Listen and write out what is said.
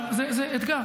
זה אתגר,